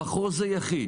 המחוז היחיד,